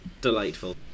delightful